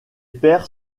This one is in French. pairs